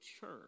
church